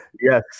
Yes